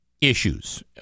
issues